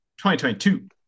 2022